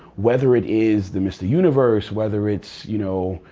whether it is the mr. universe, whether it's, you know,